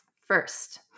First